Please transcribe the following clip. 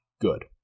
good